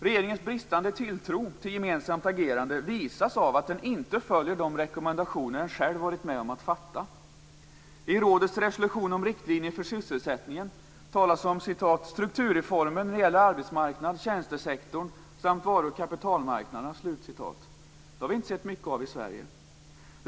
Regeringens bristande tilltro till ett gemensamt agerande visas av att den inte följer de rekommendationer som den själv har varit med om att ge. I rådets resolution om riktlinjer för sysselsättningen talas det om strukturreformen när det gäller arbetsmarknaden, tjänstesektorn samt varu och kapitalmarknaderna. Det har vi inte sett mycket av i Sverige.